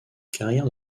carrière